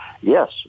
Yes